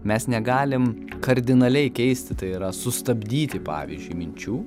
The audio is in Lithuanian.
mes negalim kardinaliai keisti tai yra sustabdyti pavyzdžiui minčių